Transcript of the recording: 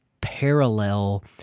parallel